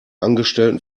angestellten